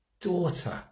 Daughter